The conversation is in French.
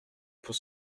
pour